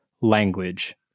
language